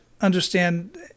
understand